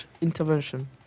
intervention